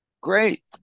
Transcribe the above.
Great